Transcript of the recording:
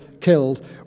killed